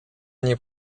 nie